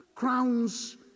crowns